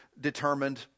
determined